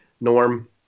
Norm